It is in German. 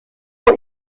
vor